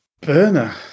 Burner